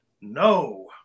no